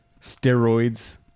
Steroids